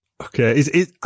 Okay